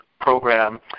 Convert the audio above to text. Program